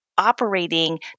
Operating